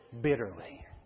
bitterly